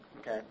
Okay